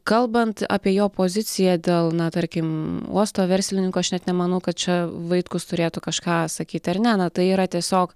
kalbant apie jo poziciją dėl na tarkim uosto verslininkų aš net nemanau kad čia vaitkus turėtų kažką sakyt ar ne na tai yra tiesiog